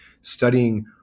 Studying